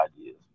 ideas